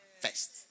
first